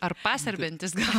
ar paserbentis gal